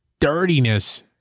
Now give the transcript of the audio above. dirtiness